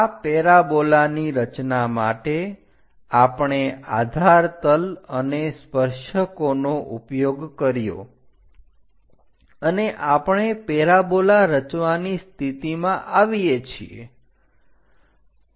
આ પેરાબોલાની રચના માટે આપણે આધાર તલ અને સ્પર્શકોનો ઉપયોગ કર્યો અને આપણે પેરાબોલા રચવાની સ્થિતિમાં આવીએ છીએ